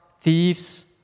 thieves